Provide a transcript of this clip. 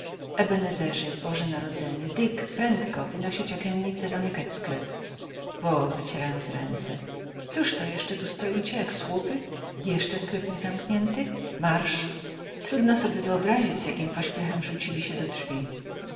ebenezerze boże narodzenie dick prędko wynosić okiennice zamykać sklep wołał zacierając ręce cóż to jeszcze tu stoicie jak słupy jeszcze sklep nie zamknięty marsz trudno sobie wyobrazić z jakim pośpiechem rzucili się do drzwi